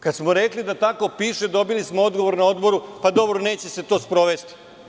Kada smo rekli da tako piše, dobili smo odgovor na odboru – pa, dobro, neće se to sprovesti.